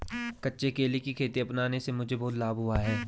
कच्चे केले की खेती अपनाने से मुझे बहुत लाभ हुआ है